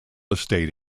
estate